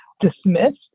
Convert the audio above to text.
dismissed